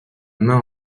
main